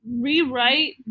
rewrite